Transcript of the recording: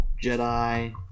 Jedi